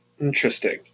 Interesting